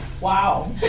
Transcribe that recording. Wow